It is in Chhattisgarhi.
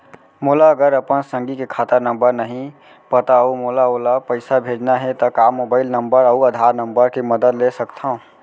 मोला अगर अपन संगी के खाता नंबर नहीं पता अऊ मोला ओला पइसा भेजना हे ता का मोबाईल नंबर अऊ आधार नंबर के मदद ले सकथव?